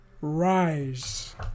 rise